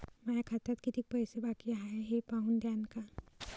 माया खात्यात कितीक पैसे बाकी हाय हे पाहून द्यान का?